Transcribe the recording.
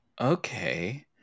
okay